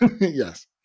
yes